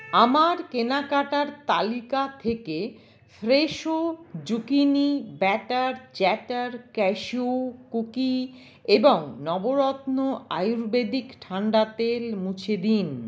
আমার কেনাকাটার তালিকা থেকে Fresho zucchini batter chatter cashew cookie এবং নবরত্ন আয়ুর্বেদিক ঠান্ডা তেল মুছে দিন